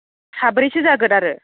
साब्रैसो जागोन आरो